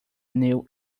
new